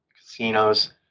casinos